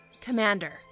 Commander